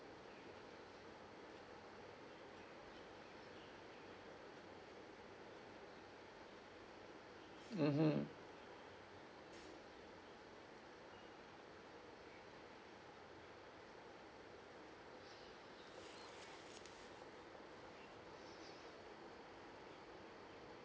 mmhmm